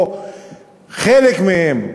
או חלק מהם,